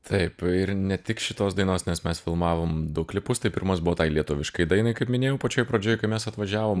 taip ir ne tik šitos dainos nes mes filmavom du klipus tai pirmas buvo tai lietuviškai dainai kaip minėjau pačioj pradžioj kai mes atvažiavom